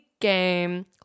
game